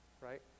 right